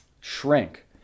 shrink